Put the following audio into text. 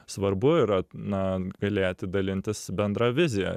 svarbu yra na galėti dalintis bendra vizija